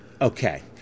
Okay